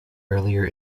earlier